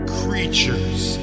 creatures